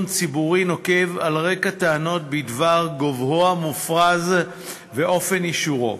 ציבורי נוקב על רקע טענות בדבר גובהו המופרז ואופן אישורו.